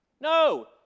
No